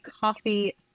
coffee